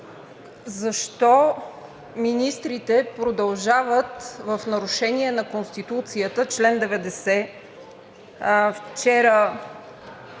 защо министрите продължават в нарушение на Конституцията на чл. 90… Вчера